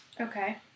Okay